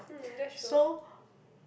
so